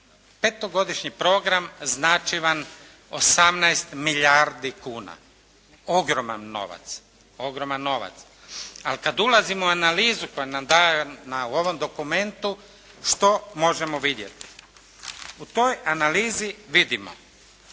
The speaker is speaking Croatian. Petogodišnji program znači vam 18 milijardi kuna, ogroman novac. Ali kada ulazimo u analizu koja nam je dana u ovom dokumentu, što možemo vidjeti. U toj analizi vidimo